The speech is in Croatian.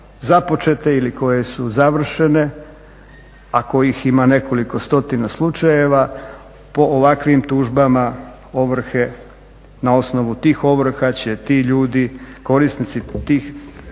započete ili koje su završene a kojih ima nekoliko stotina slučajeva po ovakvim tužbama ovrhe, na osnovu tih ovrha će ti ljudi, korisnici tih